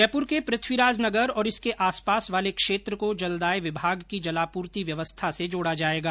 जयपुर के पृथ्वीराज नगर और इसके आस पास वाले क्षेत्र को जलदाय विभाग की जलापूर्ति व्यवस्था से जोड़ा जाएगा